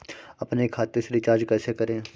अपने खाते से रिचार्ज कैसे करें?